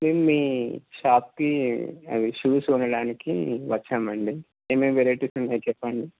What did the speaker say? మేము మీ షాప్కీ అవి షూస్ కొనడానికీ వచ్చామండి ఏమేం వెరైటీస్ ఉన్నాయి చెప్పండి